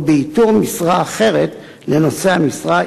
או באיתור משרה אחרת לנושא המשרה,